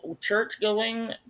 church-going